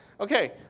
Okay